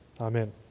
Amen